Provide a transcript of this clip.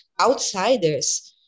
outsiders